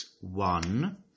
one